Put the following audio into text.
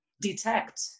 detect